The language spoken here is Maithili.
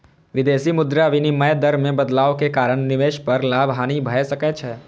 विदेशी मुद्रा विनिमय दर मे बदलाव के कारण निवेश पर लाभ, हानि भए सकै छै